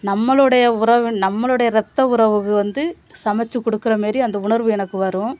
நம்மளுடைய உறவு நம்மளுடைய ரத்த உறவுக்கு வந்து சமைச்சு கொடுக்குறமேரி அந்த உணர்வு எனக்கு வரும்